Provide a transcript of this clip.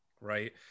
right